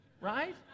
right